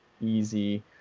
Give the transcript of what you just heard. easy